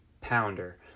pounder